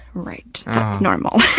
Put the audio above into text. right. that's normal.